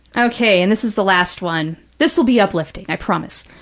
okay, and this is the last one. this will be uplifting, i promise.